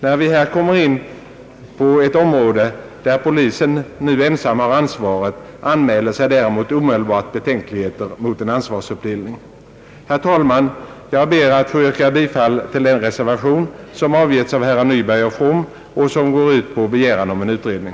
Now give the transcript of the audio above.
När vi här kommer in på ett område, där polisen nu ensam bär ansvaret, anmäler sig däremot omedelbart betänkligheter mot en ansvarsuppdelning. Herr talman! Jag ber att få yrka bifall till den reservation som har avgetts av herrar Nyberg och From och som går ut på begäran om en utredning.